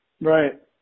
Right